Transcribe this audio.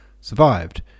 survived